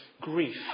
grief